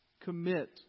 Commit